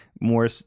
more